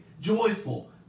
joyful